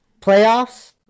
playoffs